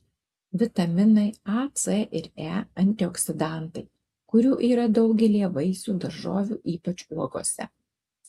vitaminai a c ir e antioksidantai kurių yra daugelyje vaisių daržovių ypač uogose